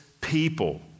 people